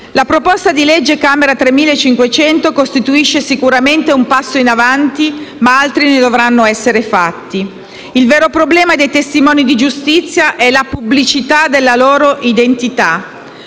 La proposta di legge della Camera n. 3500 costituisce sicuramente un passo in avanti, ma altri ne dovranno essere fatti. Il vero problema dei testimoni di giustizia è la pubblicità della loro identità.